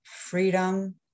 freedom